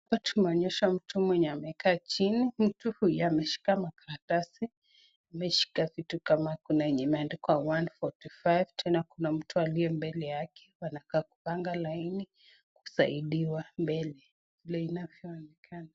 Hapa tumeonyeshwa mtu mwenye amekaa chini. Mtu huyu ameshika makaratasi. Ameshika kitu kama kuna yenye imeandikwa 145. Tena kuna mtu aliye mbele yake. Wanakaa kupanga laini kusaidiwa mbele vile inavyoonekana.